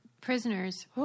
prisoners